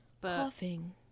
Coughing